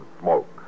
smoke